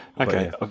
Okay